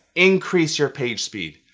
increase your page speed.